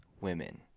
women